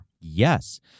Yes